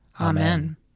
Amen